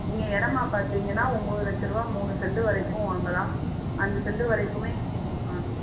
நீங்கள் இடமா பார்த்திங்கன்னா ஒம்பது லட்சரூவா மூணு சென்ட்டு வரைக்கும் வாங்கலாம் அஞ்சு சென்ட்டு வரைக்குமே நீங்கள் இங்கே வாங்கலாம்